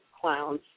clowns